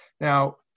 Now